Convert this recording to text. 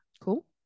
Cool